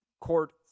court